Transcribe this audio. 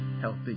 healthy